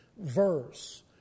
verse